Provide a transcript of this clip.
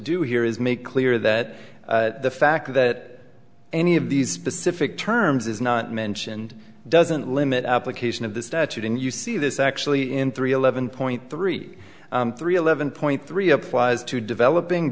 do here is make clear that the fact that any of these specific terms is not mentioned doesn't limit application of the statute and you see this actually in three eleven point three three eleven point three applies to developing